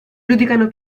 giudicano